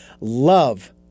love